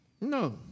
No